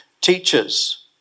Teachers